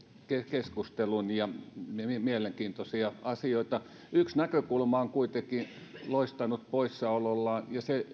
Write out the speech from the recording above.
keskustelun mielenkiintoisia asioita yksi näkökulma on kuitenkin loistanut poissaolollaan ja se